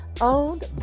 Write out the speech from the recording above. owned